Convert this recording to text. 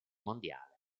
mondiale